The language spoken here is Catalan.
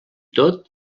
tot